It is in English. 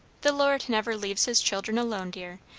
the lord never leaves his children alone, dear.